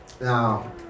now